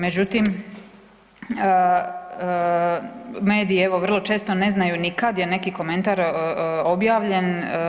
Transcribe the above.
Međutim, mediji evo vrlo često ne znaju ni kada je neki komentar objavljen.